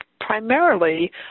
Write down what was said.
primarily